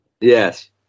Yes